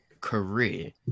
career